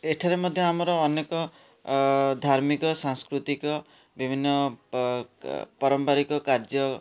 ଏଠାରେ ମଧ୍ୟ ଆମର ଅନେକ ଧାର୍ମିକ ସାଂସ୍କୃତିକ ବିଭିନ୍ନ ପାରମ୍ପାରିକ କାର୍ଯ୍ୟ